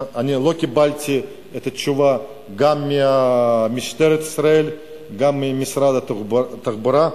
לא קיבלתי תשובה גם ממשטרת ישראל וגם ממשרד התחבורה,